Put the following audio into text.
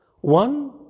One